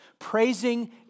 praising